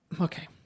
okay